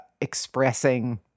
expressing